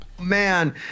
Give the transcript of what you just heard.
Man